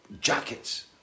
jackets